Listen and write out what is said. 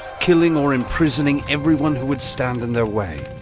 killing or imprisoning everyone who would stand in their way.